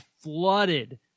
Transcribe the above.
flooded